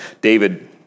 David